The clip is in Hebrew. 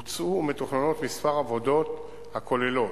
בוצעו ומתוכננות כמה עבודות הכוללות: